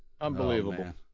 Unbelievable